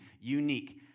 unique